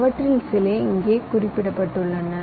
அவற்றில் சில இங்கே குறிப்பிடப்பட்டுள்ளன